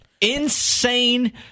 insane